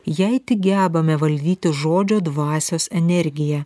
jei tik gebame valdyti žodžio dvasios energiją